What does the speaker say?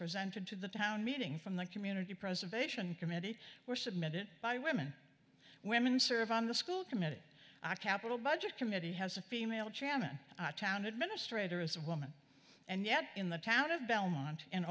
presented to the town meeting from the community preservation committee were submitted by women women serve on the school committee capital budget committee has a female chairman town administrator is a woman and yet in the town of belmont and